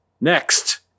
Next